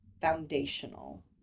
foundational